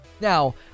Now